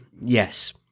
yes